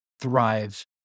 thrive